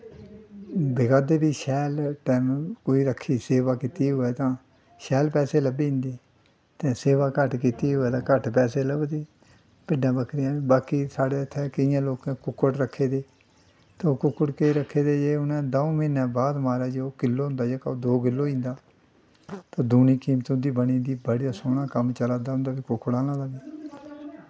बिका दे बी शैल टैम कोई रक्खे ते सेवा कीती दी होऐ तां शैल पैसे लब्भी जंदे सेवा घट्ट कीती दी होऐ तां घट्ट पैसे लब्भदे भिड्डां बक्करियां बाकी साढ़े इत्थै केइयें लोकें कुक्कड़ रक्खे दे ते ओह् कुक्कड़ केह् रक्खे दे जे उ'नें दौ म्हीनैं बाद म्हाराज ओह् किल्लो होंदा जेह्का ओह् दो किल्लो होई जंदा ते दूनी कीमत उं'दी बनी दी बड़ा सोह्ना कम्म चला दा उं'दा कुक्कड़ें दा बी